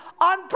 on